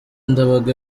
ndabaga